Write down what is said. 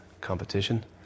competition